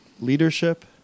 leadership